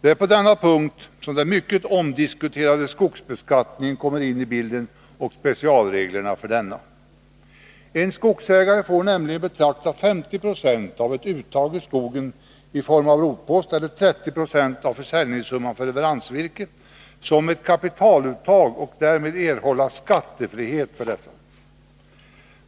Det är på denna punkt som den mycket omdiskuterade skogsbeskattningen och specialreglerna för denna kommer in i bilden. En skogsägare får nämligen betrakta 50 26 av ett uttag ur skogen i form av rotpost eller 30 96 av försäljningssumman för leveransvirke som ett kapitaluttag och erhåller därmed skattefrihet för detta uttag.